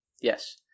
Yes